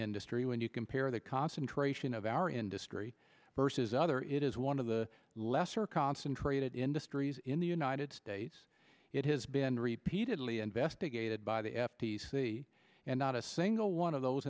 industry when you compare the concentration of our industry vs other it is one of the lesser concentrated industries in the united states it has been repeatedly investigated by the f t c and not a single one of those